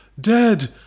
Dead